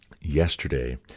yesterday